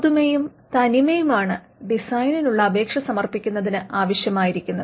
പുതുമയും തനിമയുമാണ് ഡിസൈനിനുള്ള അപേക്ഷ സമർപ്പിക്കുന്നതിന് ആവശ്യമായിരിക്കുന്നത്